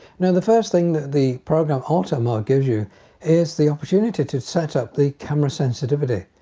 now the first thing that the program auto mode gives you is the opportunity to set up the camera sensitivity.